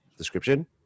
description